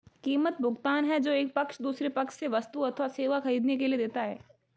कीमत, भुगतान है जो एक पक्ष दूसरे पक्ष से वस्तु अथवा सेवा ख़रीदने के लिए देता है